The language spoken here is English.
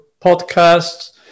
podcasts